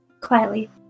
quietly